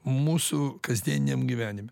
mūsų kasdieniam gyvenime